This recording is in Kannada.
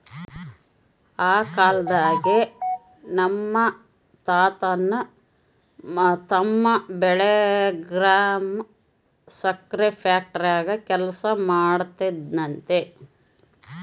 ಆ ಕಾಲ್ದಾಗೆ ನಮ್ ತಾತನ್ ತಮ್ಮ ಬೆಳಗಾಂ ಸಕ್ರೆ ಫ್ಯಾಕ್ಟರಾಗ ಕೆಲಸ ಮಾಡ್ತಿದ್ನಂತೆ